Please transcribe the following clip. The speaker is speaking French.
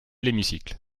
l’hémicycle